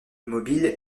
mobile